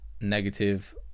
negative